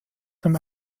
zum